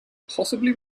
possibly